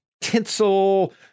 tinsel